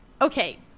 Okay